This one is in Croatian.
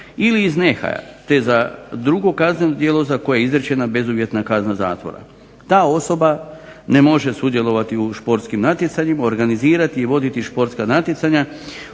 ili iz nehaja te za drugo kazneno djelo za koje je izrečena bezuvjetna kazna zatvora. Ta osoba ne može sudjelovati u športskim natjecanjima, organizirati i voditi športska natjecanja,